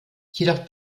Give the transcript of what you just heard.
jedoch